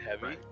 heavy